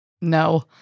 No